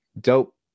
dope